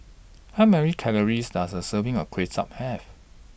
How Many Calories Does A Serving of Kway Chap Have